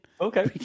okay